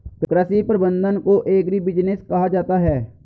कृषि प्रबंधन को एग्रीबिजनेस कहा जाता है